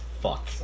Fuck